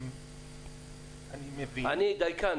אני דייקן.